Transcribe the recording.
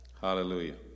Hallelujah